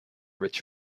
rich